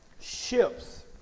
ships